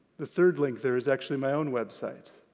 the third link there is actually my own website.